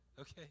Okay